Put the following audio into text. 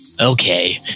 Okay